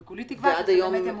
אני מקווה שזה באמת ימומש.